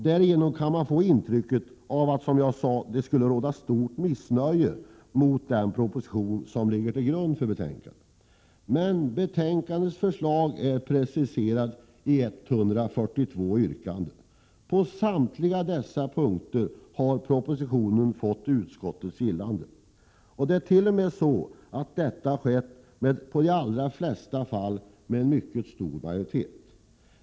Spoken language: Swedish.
Av detta kan man få intrycket att det skulle råda stort missnöje med den proposition som ligger till grund för betänkandet, vilket jag sade inledningsvis. Betänkandets förslag är preciserade i 142 punkter. På samtliga punkter har propositionen vunnit utskottets gillande. Detta har i de allra flesta fall dessutom skett med mycket stor majoritet.